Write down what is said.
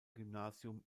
gymnasium